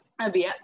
abia